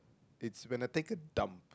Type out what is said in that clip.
it's Venetica dumb